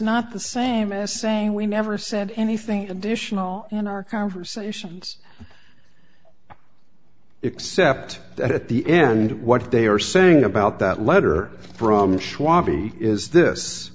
not the same as saying we never said anything additional in our conversations except at the end what they are saying about that letter from